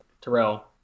Terrell